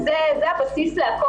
זה הבסיס לכול.